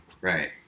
Right